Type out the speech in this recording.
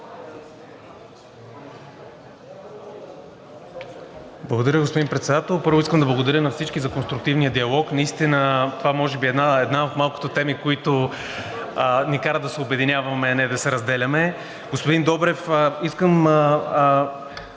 Благодаря, господин Председател. Първо, искам да благодаря на всички за конструктивния диалог. Наистина това може би е една от малкото теми, които ни карат да се обединяваме, а не да се разделяме. Господин Добрев, искам